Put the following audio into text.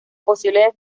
posibles